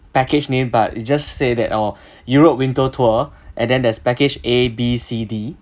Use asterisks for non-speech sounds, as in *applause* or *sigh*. package name but it just say that oh *breath* europe winter tour and then there's package A B C D